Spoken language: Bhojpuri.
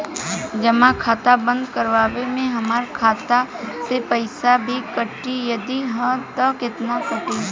जमा खाता बंद करवावे मे हमरा खाता से पईसा भी कटी यदि हा त केतना कटी?